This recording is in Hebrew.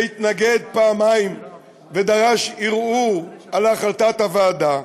שהתנגד פעמיים ודרש ערעור על החלטת הוועדה,